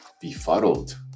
befuddled